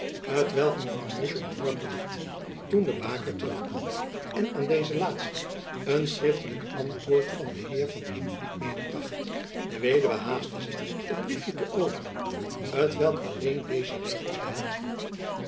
t welk mevrouw musch ontworpen had toen de baker terug kwam en aan deze laatste een schriftelijk antwoord van den heer van heenvliet medebracht de weduwe haastte zich het briefjen te openen t welk alleen deze regels behelsde